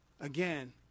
Again